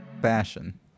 fashion